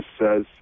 says